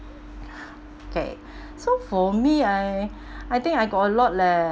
okay so for me I I think I got a lot leh